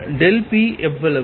pஎவ்வளவு